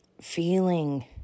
Feeling